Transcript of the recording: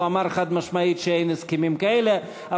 והוא אמר חד-משמעית שאין הסכמים כאלה.